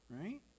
Right